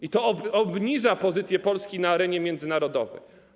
I to obniża pozycję Polski na arenie międzynarodowej.